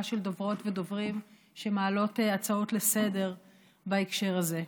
של דוברות ודוברים שמעלות הצעות לסדר-היום בהקשר הזה.